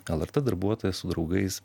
lrt darbuotojas su draugais